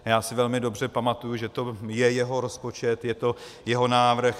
Já si velmi dobře pamatuji, že to je jeho rozpočet, je to jeho návrh.